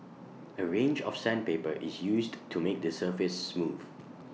A range of sandpaper is used to make the surface smooth